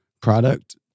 product